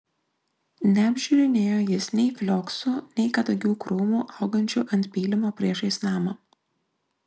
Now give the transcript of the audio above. neapžiūrinėjo jis nei flioksų nei kadagių krūmų augančių ant pylimo priešais namą